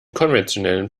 konventionellen